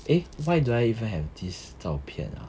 eh why do I even have this 照片 ah